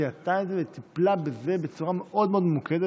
היא ממש זיהתה את זה וטיפלה בזה בצורה מאוד מאוד ממוקדת,